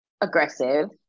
aggressive